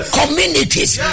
communities